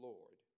Lord